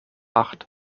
acht